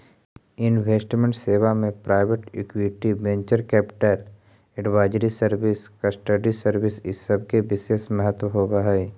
investment सेवा में private equity, venture capital, advisory service, custody service इ सब के विशेष महत्व होवऽ हई